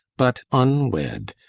but unwed,